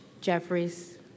Jeffries